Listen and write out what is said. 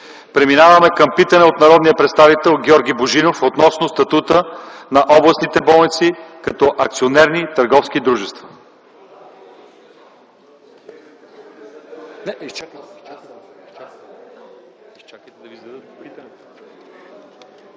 Преминаваме към питане от народния представител Георги Божинов относно статута на областните болници като акционерни търговски дружества.